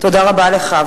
תודה רבה לך.